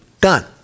done